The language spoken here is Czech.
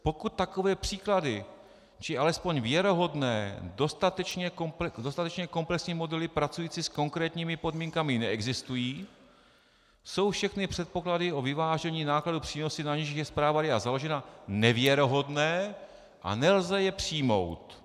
Pokud takové příklady či alespoň věrohodné dostatečně komplexní modely pracující s konkrétními podmínkami neexistují, jsou všechny předpoklady o vyvážení nákladů přínosy, na nichž je zpráva RIA založena, nevěrohodné a nelze je přijmout.